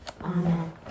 Amen